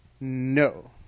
no